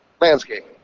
landscape